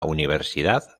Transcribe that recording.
universidad